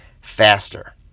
faster